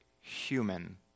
human